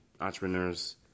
entrepreneurs